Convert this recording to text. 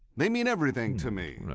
they mean everything to me.